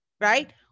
right